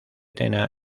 tena